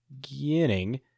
beginning